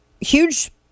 huge